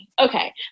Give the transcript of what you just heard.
okay